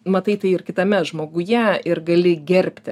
matai tai ir kitame žmoguje ir gali gerbti